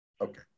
okay